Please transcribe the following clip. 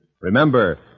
Remember